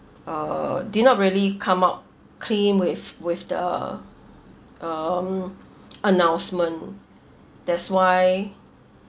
uh did not really come out clean with with the um announcement that's why